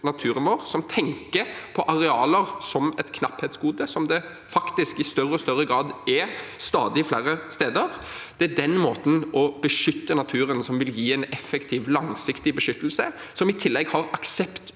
naturen vår og tenker på arealer som et knapphetsgode, som det faktisk i større og større grad er stadig flere steder. Det er den måten å beskytte naturen på som vil gi en effektiv, langsiktig beskyttelse som i tillegg har aksept